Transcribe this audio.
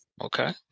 Okay